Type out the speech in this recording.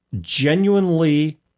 genuinely